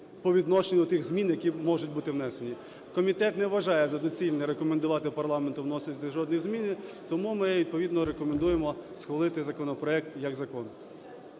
по відношенню тих змін, які можуть бути внесені. Комітет не вважає за доцільне рекомендувати парламенту вносити жодні зміни, тому ми відповідно рекомендуємо схвалити законопроект як закон.